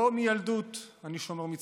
לא מילדות אני שומר מצוו,.